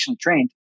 trained